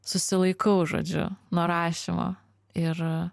susilaikau žodžiu nuo rašymo ir